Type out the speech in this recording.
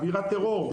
אווירת טרור,